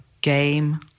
game